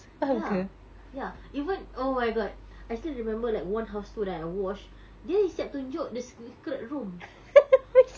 ya ya even oh my god I still remember like one house tour that I watched dia siap tunjuk the secret room